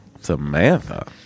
Samantha